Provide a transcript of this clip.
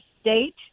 state